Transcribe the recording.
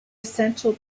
essential